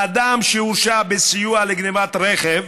אדם שהורשע בסיוע לגנבת רכב,